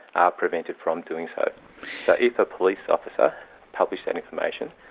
ah prevented from doing so. but if a police officer published that information,